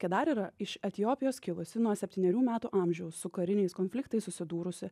kedar yra iš etiopijos kilusi nuo septynerių metų amžiaus su kariniais konfliktais susidūrusi